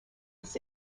this